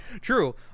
True